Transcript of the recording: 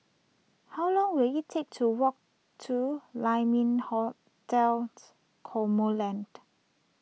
how long will it take to walk to Lai Ming Hotel Cosmoland